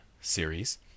series